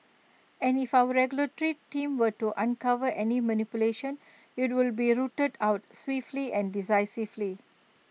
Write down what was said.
and if our regulatory team were to uncover any manipulation IT would be A rooted out swiftly and decisively